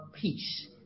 Peace